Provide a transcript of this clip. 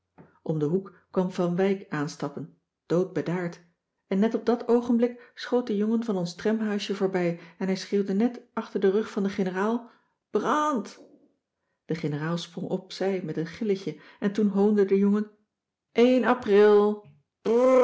om den hoek kwam van wijk aanstappen doodbedaard en net op dat oogenblik schoot de jongen van ons tramhuisje voorbij en hij schreeuwde net achter den rug van de generaal bràànd de generaal sprong op zij met een gilletje en toen hoonde de jongen